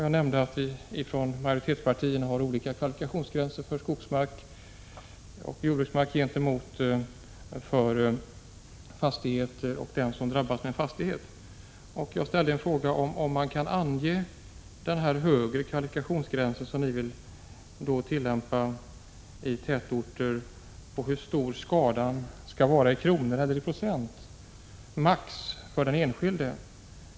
Jag nämnde att majoritetspartierna har olika kvalifikationsgränser för skogsmark och jordbruksmark osv. Min fråga gällde om bostadsministern kan ange den högre kvalifikationsgräns som ni vill tillämpa i tätorter, dvs. hur stor skadan maximalt skall vara i kronor eller procent för den enskilde.